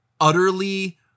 utterly